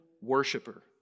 worshiper